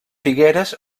figueres